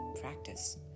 practice